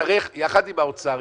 נצטרך יחד עם האוצר,